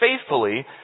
faithfully